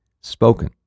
spoken